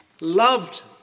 loved